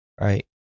Right